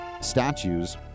statues